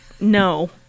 no